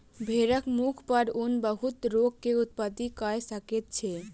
भेड़क मुख पर ऊन बहुत रोग के उत्पत्ति कय सकै छै